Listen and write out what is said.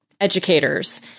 educators